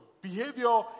behavior